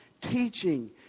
teaching